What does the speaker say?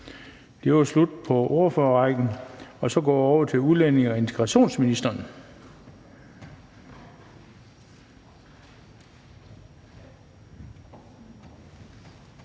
Det var slut på ordførerrækken, og så går vi over til udlændinge- og integrationsministeren.